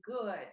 good